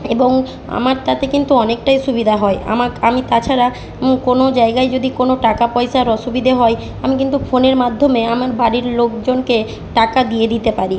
এবং আমার তাতে কিন্তু অনেকটাই সুবিধা হয় আমাকে আমি তাছাড়া কোনো জায়গায় যদি কোনো টাকা পয়সার অসুবিধে হয় আমি কিন্তু ফোনের মাধ্যমে আমার বাড়ির লোকজনকে টাকা দিয়ে দিতে পারি